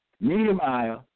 Nehemiah